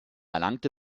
erlangte